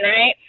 right